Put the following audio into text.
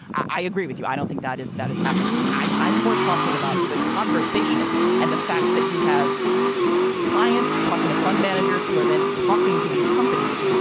i agree with you. i don't think that is that is happening. i'm i'm more talking about the conversation and the fact that you have clients talking to fund managers who are then talking to these companies.